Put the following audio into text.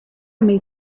many